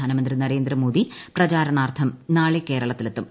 പ്രധാനമന്ത്രി നരേന്ദ്രമോദി പ്രചരണാർത്ഥം നാളെ കേരളത്തിലെത്തും